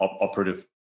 operative